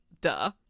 duh